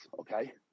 okay